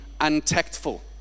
untactful